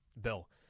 Bill